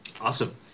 awesome